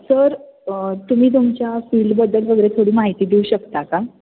sir तुम्ही तुमच्या फील्डबद्दल वगैरे थोडी माहिती देऊ शकता का